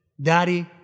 Daddy